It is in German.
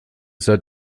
seid